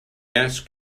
asked